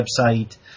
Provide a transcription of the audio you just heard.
website